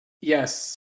Yes